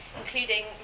including